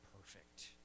perfect